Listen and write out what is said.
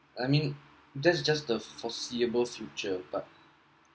I mean that is just the foreseeable future but